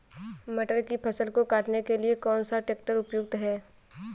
मटर की फसल को काटने के लिए कौन सा ट्रैक्टर उपयुक्त है?